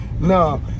No